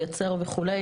לייצר וכולי",